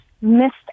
missed